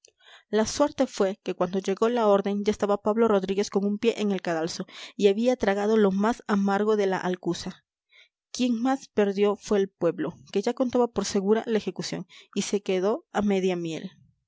la suerte fue que cuando llegó la orden ya estaba pablo rodríguez con un pie en el cadalso y había tragado lo más amargo de la alcuza quien más perdió fue el pueblo que ya contaba por segura la ejecución y se quedó a media miel